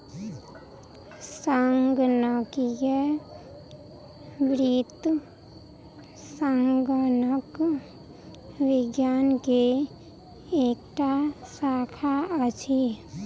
संगणकीय वित्त संगणक विज्ञान के एकटा शाखा अछि